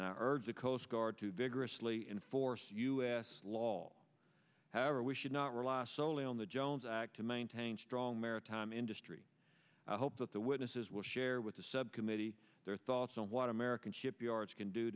enforce u s law however we should not rely solely on the jones act to maintain strong maritime industry i hope that the witnesses will share with the subcommittee their thoughts on what american shipyards can do